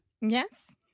Yes